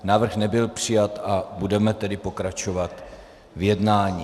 Návrh nebyl přijat, budeme tedy pokračovat v jednání.